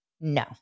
No